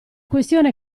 questione